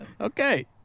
Okay